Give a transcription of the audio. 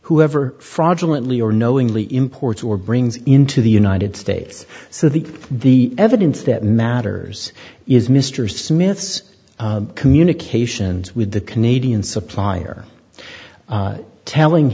whoever fraudulently or knowingly imports or brings into the united states so the the evidence that matters is mr smith's communications with the canadian supplier telling